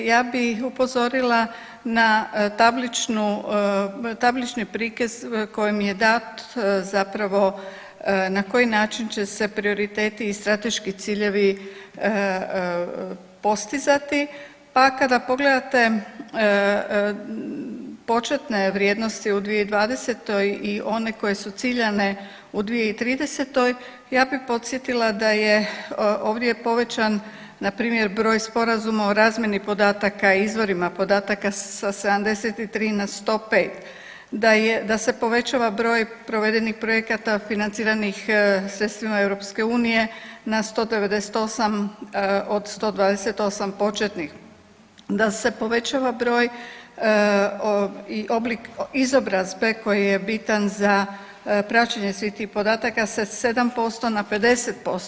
Ja bi upozorila na tabličnu, tablični prikaz kojim je dat zapravo na koji način će se prioriteti i strateški ciljevi postizati, pa kada pogledate početne vrijednosti u 2020. i one koje su ciljane u 2030. ja bi podsjetila da je ovdje povećan npr. broj sporazuma o razmjeni podataka i izvorima podataka sa 73 na 105, da je, da se povećava broj provedenih projekata financiranim sredstvima EU na 198 od 128 početnih, da se povećava broj i oblik izobrazbe koji je bitan za praćenje svih tih podataka sa 7% na 50%